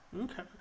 Okay